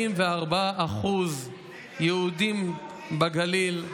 44% יהודים בגליל.